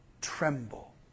tremble